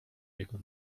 jego